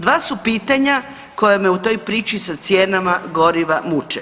Dva su pitanja koja me u toj priči sa cijenama goriva muče.